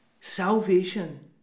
Salvation